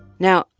now,